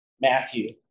Matthew